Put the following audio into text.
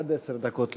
עד עשר דקות לרשותך,